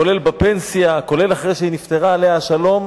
כולל בפנסיה, כולל אחרי שהיא נפטרה, עליה השלום.